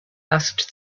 asked